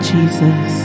Jesus